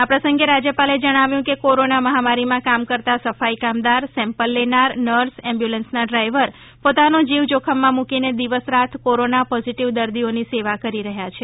આ પ્રસંગે રાજ્યપાલે જણાવ્યું કે કોરોના મહામારીમાં કામ કરતાં સફાઈ કામદાર સેમ્પલ લેનાર નર્સ એમ્બ્યુલન્સનાં ડ્રાઈવર પોતાનો જીવ જોખમમાં મૂકીને દિવસ રાત કોરોના પોઝીટીવ દર્દીઓની સેવા કરી રહ્યા છે